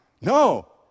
No